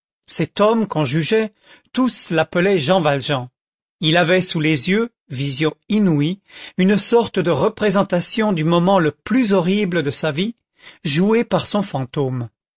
cet homme qu'on jugeait tous l'appelaient jean valjean il avait sous les yeux vision inouïe une sorte de représentation du moment le plus horrible de sa vie jouée par son fantôme